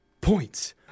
Points